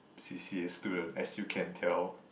c_c_a student as you can tell